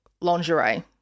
lingerie